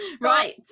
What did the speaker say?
Right